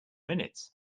minutes